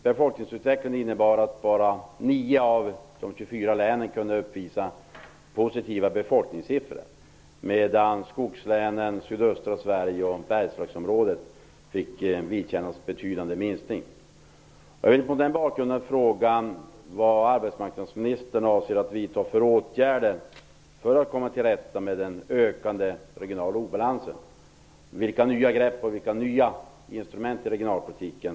Befolkningsutvecklingen innebär att 9 av 24 län kunde uppvisa positiva befolkningssiffror medan skogslänen, sydöstra Sverige och Bergslagsområdet fick vidkännas en betydande minskning. Vilka nya grepp och instrument funderar arbetsmarknadsministern över när det gäller regionalpolitiken?